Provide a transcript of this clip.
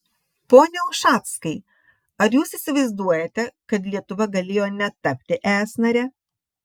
pone ušackai ar jūs įsivaizduojate kad lietuva galėjo netapti es nare